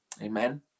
Amen